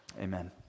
Amen